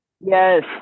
Yes